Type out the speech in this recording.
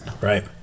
Right